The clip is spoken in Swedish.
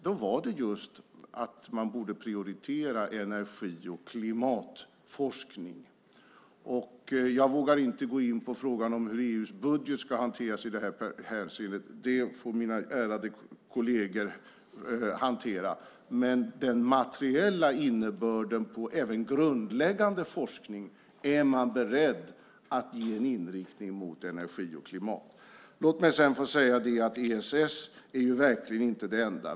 Då var det just att man borde prioritera energi och klimatforskning. Jag vågar inte gå in på frågan hur EU:s budget ska hanteras. Det får mina ärade kolleger hantera. Men den materiella innebörden i även grundläggande forskning är man beredd att ge en inriktning mot energi och klimat. Låt mig sedan få säga att ESS verkligen inte är det enda.